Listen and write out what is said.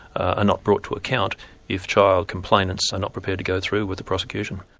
ah not brought to account if child complainants are not prepared to go through with the prosecution.